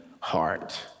heart